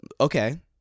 Okay